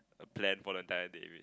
a plan for the entire day